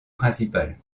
principale